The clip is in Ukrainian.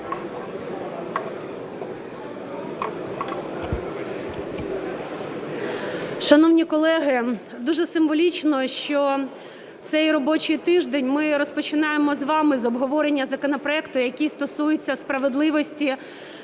Шановні колеги, дуже символічно, що цей робочий тиждень ми розпочинаємо з вами з обговорення законопроекту, який стосується справедливості